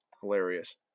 Hilarious